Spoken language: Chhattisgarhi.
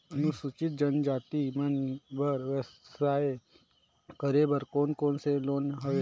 अनुसूचित जनजाति मन बर व्यवसाय करे बर कौन कौन से लोन हवे?